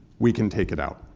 we can take it out.